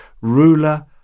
ruler